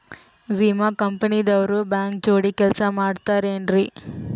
ವಿಮಾ ಕಂಪನಿ ದವ್ರು ಬ್ಯಾಂಕ ಜೋಡಿ ಕೆಲ್ಸ ಮಾಡತಾರೆನ್ರಿ?